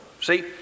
see